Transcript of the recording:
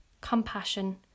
compassion